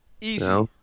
Easy